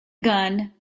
gun